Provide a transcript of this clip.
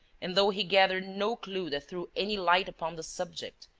and, though he gathered no clue that threw any light upon the subject,